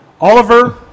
Oliver